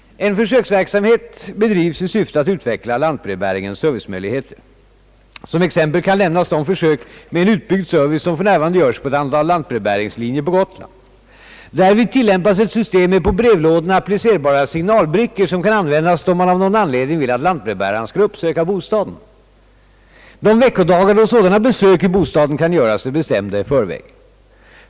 En försöksverksamhet bedrivs i syfte att utveckla lantbrevbäringens servicemöjligheter. Som exempel kan nämnas de försök med en utbyggd service, som f.n. görs på ett antal lantbrevbäringslinjer på Gotland. Därvid tillämpas ett system med på brevlådorna applicerbara signalbrickor, som kan användas då man av någon anledning vill att lantbrevbäraren skall uppsöka bostaden. De veckodagar då sådana besök i bostaden kan göras är bestämda i förväg.